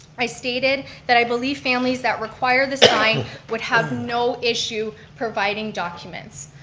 i stated that i believe family's that require the sign would have no issue providing documents.